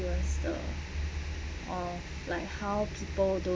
the or like how people don't